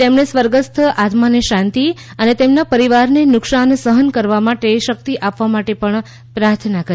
તેમણે સ્વર્ગસ્થ આત્માને શાંતિ અને તેમના પરિવારને નુકસાન સફન કરવા શક્તિ માટે પ્રાર્થના કરી